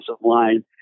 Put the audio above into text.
line